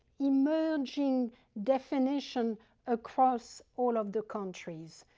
emerging definition across all of the countries.